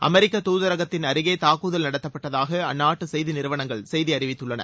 அமெரிக்க துதரகத்தின் அருகே தாக்குதல் நடத்தப்பட்டதாக அந்நாட்டு செய்தி நிறுவனங்கள் செய்தி அறிவித்துள்ளன